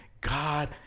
God